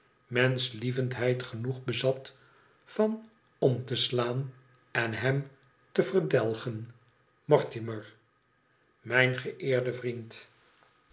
menschlievendheid genoeg bezat van om te slaan en hem te verdelgen mortimer mijn geëerde vriend